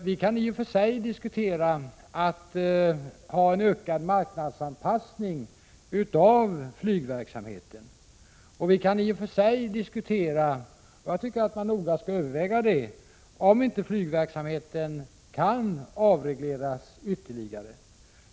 Vi kan i och för sig diskutera en ökad marknadsanpassning av flygverksamheten, och vi kan i och för sig diskutera och noga överväga om inte flygverksamheten kan avregleras ytterligare.